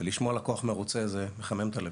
ולשמוע על לקוח מרוצה זה מחמם את הלב.